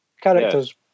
characters